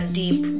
deep